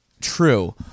true